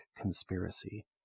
conspiracy